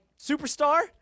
superstar